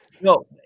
No